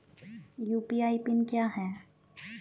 UPI PIN क्या है?